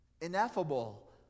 ineffable